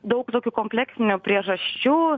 daug tokių kompleksinių priežasčių